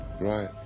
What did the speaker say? Right